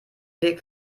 weg